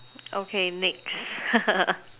okay next